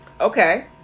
Okay